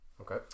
Okay